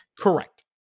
Correct